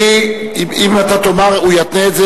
אם הוא יתנה את זה,